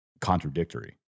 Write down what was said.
contradictory